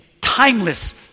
timeless